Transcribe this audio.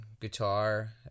guitar